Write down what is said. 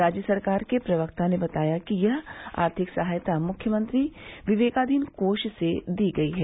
राज्य सरकार के प्रवक्ता ने बताया कि यह आर्थिक सहायता मुख्यमंत्री विवेकाधीन कोष से दी गई है